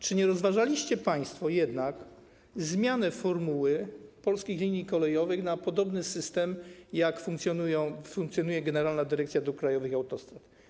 Czy nie rozważaliście państwo jednak zmiany formuły Polskich Linii Kolejowych na podobny system, w jakim funkcjonuje Generalna Dyrekcja Dróg Krajowych i Autostrad?